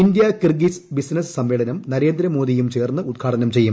India Kyrgyz business സമ്മേളനം നരേന്ദ്രമോദിയും ചേർന്ന് ഉദ്ഘാടനം ചെയ്യും